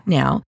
now